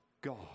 God